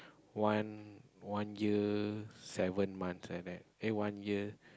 one one year seven months like that eh one year